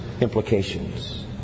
implications